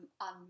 on